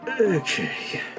Okay